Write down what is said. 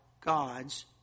God's